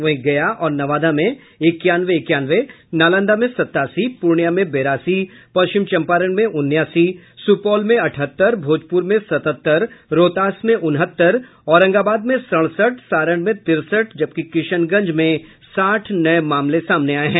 वहीं गया और नवादा में इक्यानवे इक्यानवे नालंदा में सतासी पूर्णियां में बेरासी पश्चिम चम्पारण में उन्यासी सुपौल में अठहत्तर भोजपूर में सतहत्तर रोहतास में उनहत्तर औरंगाबाद में सड़सठ सारण में तिरसठ जबकि किशनगंज में साठ नये मामले आये हैं